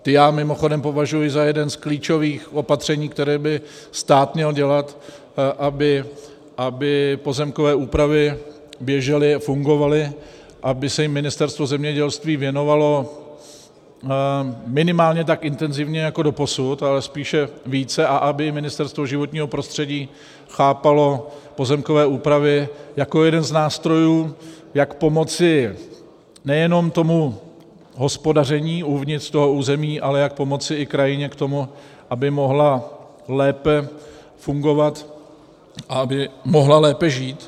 Ty já mimochodem považuji za jedno z klíčových opatření, která by stát měl dělat, aby pozemkové úpravy běžely a fungovaly, aby se jim Ministerstvo zemědělství věnovalo minimálně tak intenzivně jako doposud, ale spíše více, a aby Ministerstvo životního prostředí chápalo pozemkové úpravy jako jeden z nástrojů, jak pomoci nejenom tomu hospodaření uvnitř toho území, ale jak pomoci i krajině k tomu, aby mohla lépe fungovat a aby mohla lépe žít.